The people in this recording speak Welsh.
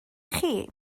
chi